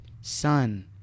Son